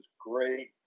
great